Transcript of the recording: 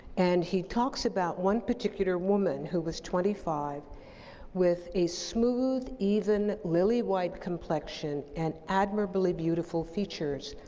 and he talks about one particular woman who was twenty five with a smooth, even, lily white complexion and admirably beautiful features.